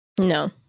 no